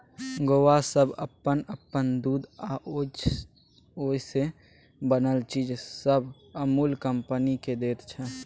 गौआँ सब अप्पन अप्पन दूध आ ओइ से बनल चीज सब अमूल कंपनी केँ दैत छै